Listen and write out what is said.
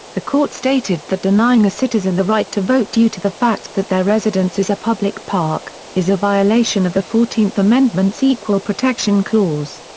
the court stated that denying a citizen the right to vote due to the fact that their residence is a public park, is a violation of the fourteenth amendment's equal protection clause.